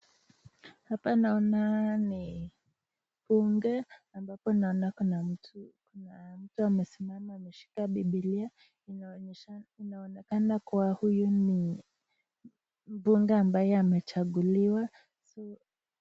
Hapa naona ni bunge ambapo naona kuna mtu amesimama ameshika bibilia inaonekana kuwa huyu ni mbunge ambaye amechaguliwa.